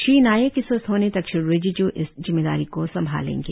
श्री नायक के स्वस्थ होने तक श्री रिजिजू इस जिम्मेदारी को संभालेंगे